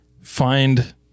find